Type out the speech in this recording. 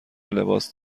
لباس